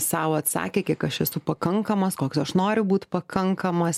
sau atsakę kiek aš esu pakankamas koks aš noriu būt pakankamas